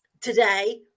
today